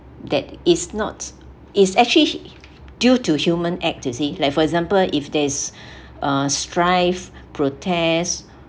that is not is actually due to human act you see like for example if there's uh strife protests